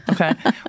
okay